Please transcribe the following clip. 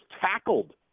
tackled